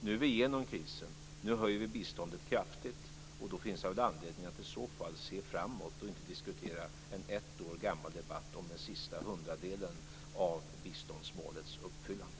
Nu är vi igenom krisen. Nu höjer vi biståndet kraftigt. Då finns det väl anledning att i så fall se framåt och inte diskutera en ett år gammal debatt om den sista hundradelen av biståndsmålets uppfyllande.